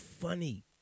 funny